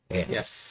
Yes